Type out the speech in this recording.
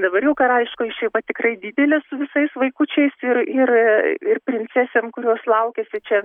dabar jau karališkoji šeima tikrai didelė su visais vaikučiais ir ir ir princesėm kurios laukiasi čia